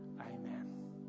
Amen